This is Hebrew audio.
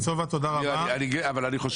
חבר הכנסת סובה, תודה רבה.